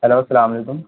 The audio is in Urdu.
ہلو السلام علیکم